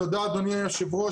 תודה אדוני יושב הראש.